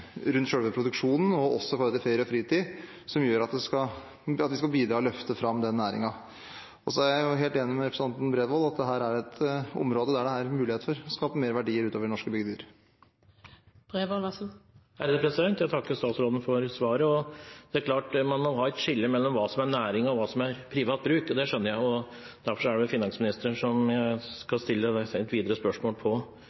rundt selve produksjonen og når det gjelder ferie og fritid, som skal bidra til å løfte fram den næringen. Jeg er helt enig med representanten Bredvold i at dette er et område der det er muligheter for å skape større verdier i norske bygder. Jeg takker statsråden for svaret. Det klart at man må har et skille mellom hva som er næring og hva som er privat bruk – det skjønner jeg, og derfor skal jeg stille et spørsmål om dette til finansministeren